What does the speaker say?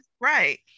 right